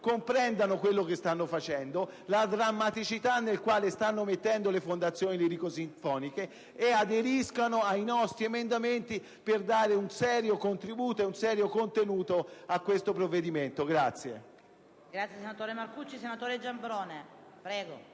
comprendano quello che stanno facendo, la drammaticità della situazione in cui stanno mettendo le fondazioni lirico-sinfoniche e aderiscano ai nostri emendamenti per dare un serio contributo e un serio contenuto a questo provvedimento.